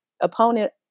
opponent